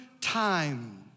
time